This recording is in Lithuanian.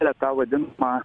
yra ta vadinama